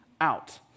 out